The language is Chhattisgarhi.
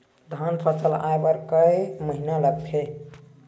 धान फसल आय बर कय महिना लगथे?